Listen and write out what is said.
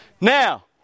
Now